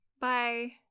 Bye